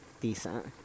decent